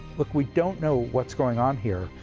look, we don't know what's going on here,